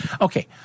Okay